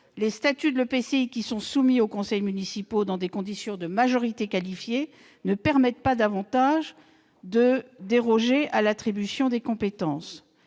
Les statuts de l'EPCI qui sont soumis aux conseils municipaux dans des conditions de majorité qualifiée ne permettent pas davantage de déroger à l'attribution des compétences.